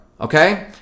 Okay